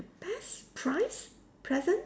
best surprise present